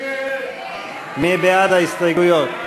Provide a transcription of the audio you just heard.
מי בעד ההסתייגויות?